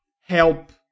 help